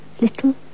little